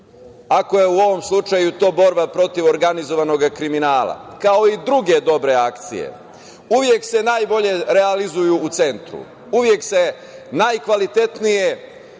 ako je u ovom slučaju to borba protiv organizovanog kriminala, kao i druge dobre akcije, uvek se najbolje realizuju u centru, uvek se najkvalitetnije